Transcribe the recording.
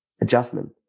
adjustment